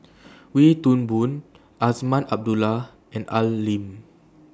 Wee Toon Boon Azman Abdullah and Ai Lim